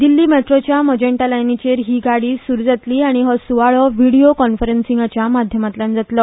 दिल्ली मेट्रोच्या मजेंटा लायनीचेर ही गाडी सुरू जातली आनी हो सुवाळो व्हिडिओ कॉन्फरन्सींगाच्या माध्यमांतल्यान जातलो